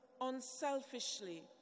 unselfishly